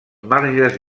marges